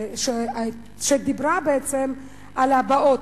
שדיברה בעצם על הבאות,